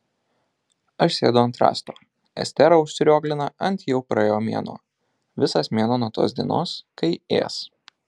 aš sėdu ant rąsto estera užsirioglina ant jau praėjo mėnuo visas mėnuo nuo tos dienos kai ės